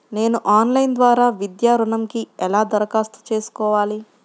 నేను ఆన్లైన్ ద్వారా విద్యా ఋణంకి ఎలా దరఖాస్తు చేసుకోవాలి?